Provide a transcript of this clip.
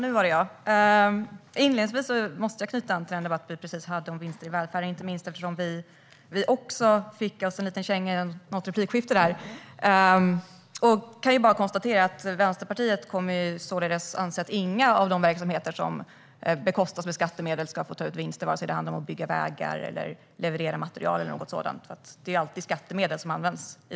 Herr talman! Inledningsvis måste jag knyta an till den debatt vi precis hade om vinster i välfärden, inte minst för att vi också fick oss en liten känga i något replikskifte. Jag kan bara konstatera att Vänsterpartiet kommer att anse att inga av de verksamheter som bekostas med skattemedel ska få ta ut vinster oavsett om det handlar om att bygga vägar, leverera materiel eller någonting sådant. Det är alltid skattemedel som används.